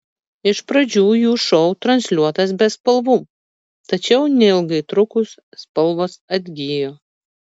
iš pradžių jų šou transliuotas be spalvų tačiau neilgai trukus spalvos atgijo